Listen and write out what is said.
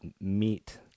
meet